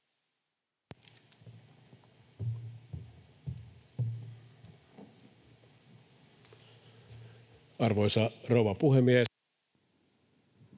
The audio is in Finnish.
Arvoisa rouva puhemies!